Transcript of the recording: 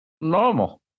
Normal